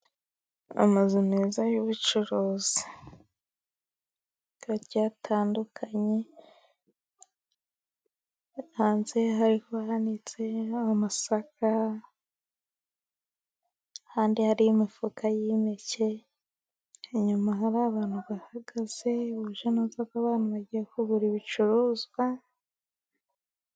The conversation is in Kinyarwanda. Amazu meza y'ubucuruzi. Hari ibintu bigiye bitandukanye, hanze hari hanitse amasaka, iruhande hari imifuka y'impeke, hari abantu bahagaze huje n'inzoga abantu bagiye kugura ibicuruzwa.